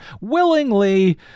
willingly